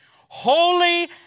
Holy